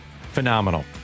phenomenal